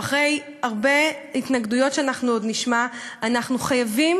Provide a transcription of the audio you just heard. אחרי התנגדויות שאנחנו עוד נשמע אנחנו חייבים